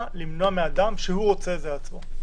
למנוע את זה מאדם להוציא את זה לעצמו?